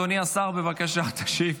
אדוני השר, בבקשה, תשיב.